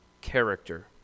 character